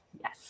Yes